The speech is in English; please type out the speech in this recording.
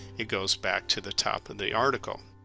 it goes back to the top of the article